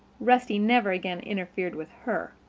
rusty never again interfered with her.